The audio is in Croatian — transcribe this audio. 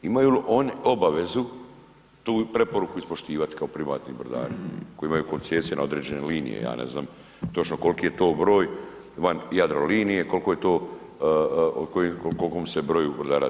Imaju li oni obavezu tu preporuku ispoštivati kao privatni brodari koji imaju koncesije na određene linije, ja ne znam točno kolki je to broj van Jadrolinije, kolko je to, o kom se broju brodara radi.